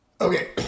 Okay